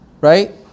right